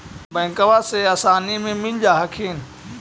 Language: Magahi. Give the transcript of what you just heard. बैंकबा से आसानी मे मिल जा हखिन?